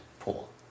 pool